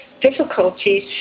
difficulties